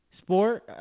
sport